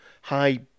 high